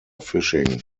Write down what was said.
fishing